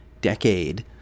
decade